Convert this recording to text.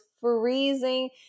freezing